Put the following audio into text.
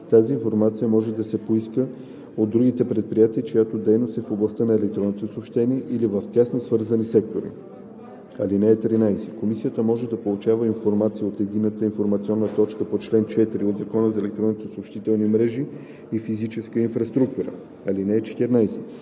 тази информация може да се поиска от други предприятия, чиято дейност е в областта на електронните съобщения или в тясно свързани сектори. (13) Комисията може да получава информация от Единната информационна точка по чл. 4 от Закона за електронните съобщителни мрежи и физическа инфраструктура. (14)